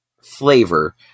flavor